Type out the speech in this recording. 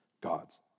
God's